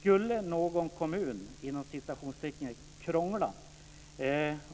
Skulle någon kommun "krångla"